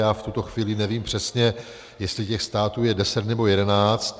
Já v tuto chvíli nevím přesně, jestli těch států je deset nebo jedenáct.